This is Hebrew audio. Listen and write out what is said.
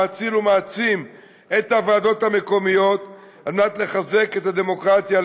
המאציל ומעצים את הוועדות המקומיות על מנת לחזק את הדמוקרטיה,